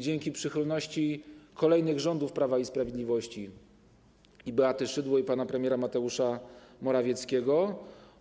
Dzięki przychylności kolejnych rządów Prawa i Sprawiedliwości, pani Beaty Szydło i pana premiera Mateusza Morawieckiego